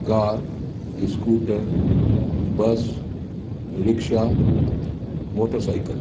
car scooter bus rickshaw motor cycle